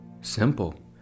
Simple